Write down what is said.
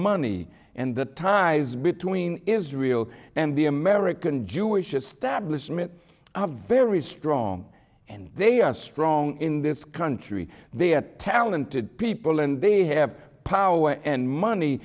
money and the ties between israel and the american jewish establishment a very strong and they are strong in this country they are talented people and they have power and money